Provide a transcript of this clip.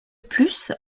plus